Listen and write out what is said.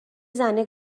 زنه